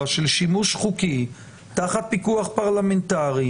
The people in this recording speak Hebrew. של שימוש חוקי תחת פיקוח פרלמנטרי,